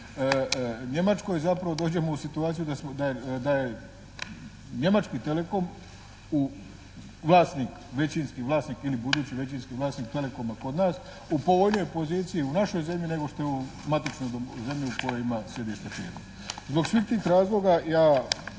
Njemačkoj zapravo dođemo u situaciju da je njemački Telekom vlasnik, većinski vlasnik ili budući većinski vlasnik Telekoma kod nas u povoljnijoj poziciji u našoj zemlji nego što je u matičnoj zemlji u kojoj ima sjedište … /Govornik se ne razumije./